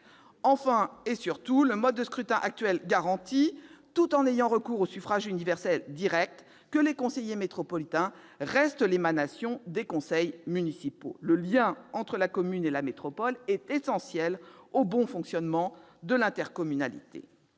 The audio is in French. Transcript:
Enfin et surtout, le mode de scrutin actuel garantit, tout en ayant recours au suffrage universel direct, que les conseils métropolitains restent l'émanation des conseils municipaux. Le lien entre la commune et la métropole est essentiel au bon fonctionnement de l'intercommunalité.